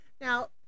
Now